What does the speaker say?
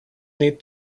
need